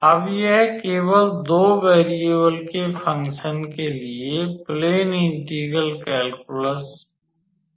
अब यह केवल दो वैरियेबल के फंकशन के लिए प्लेन इंटेग्रल कैल्कुलस है